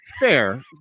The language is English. fair